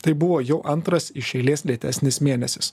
tai buvo jau antras iš eilės lėtesnis mėnesis